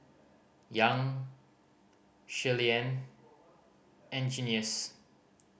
Young Shirleyann and Junious